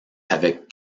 avec